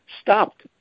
stopped